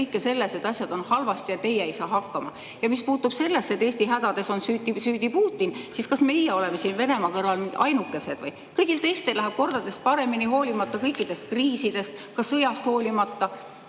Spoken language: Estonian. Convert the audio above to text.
kõike, et asjad on halvasti ja teie ei saa hakkama?! Ja mis puutub sellesse, et Eesti hädades on süüdi Putin, siis kas meie oleme siin Venemaa kõrval ainukesed või? Kõigil teistel läheb kordades paremini hoolimata kõikidest kriisidest, ka hoolimata